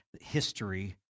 history